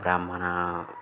ब्राह्मणाः